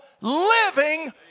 living